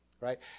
right